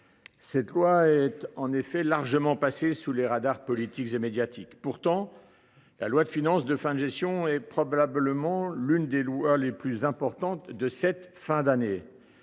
Cette loi est largement passée sous les radars politiques et médiatiques. Pourtant, la loi de finances de fin de gestion est probablement l’une des lois les plus importantes de cette fin d’année.